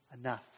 enough